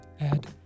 Add